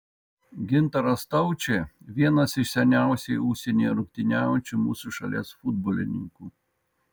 gintaras staučė vienas iš seniausiai užsienyje rungtyniaujančių mūsų šalies futbolininkų